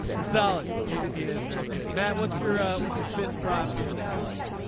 salad is very good. matt what's your what's your fifth prop here that you like